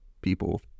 people